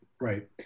right